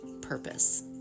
purpose